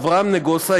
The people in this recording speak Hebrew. אברהם נגוסה,